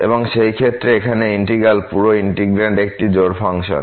এবং সেই ক্ষেত্রে এখানে ইন্টিগ্র্যাল পুরো ইন্টিগ্রান্ড একটি জোড় ফাংশন